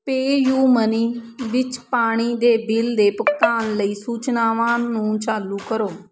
PayUmoney ਵਿੱਚ ਪਾਣੀ ਦੇ ਬਿੱਲ ਦੇ ਭੁਗਤਾਨ ਲਈ ਸੂਚਨਾਵਾਂ ਨੂੰ ਚਾਲੂ ਕਰੋ